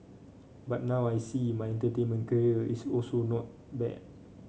but now I see my entertainment career is also not bad